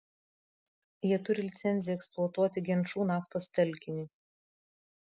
jie turi licenciją eksploatuoti genčų naftos telkinį